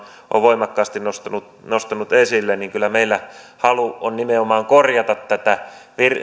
on voimakkaasti nostanut nostanut esille niin kyllä meillä halu on nimenomaan korjata tätä